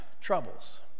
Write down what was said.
troubles